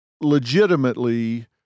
legitimately